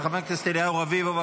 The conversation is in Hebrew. של חבר הכנסת אליהו רביבו.